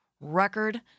record